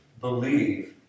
believe